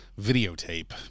videotape